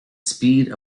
speed